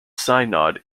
synod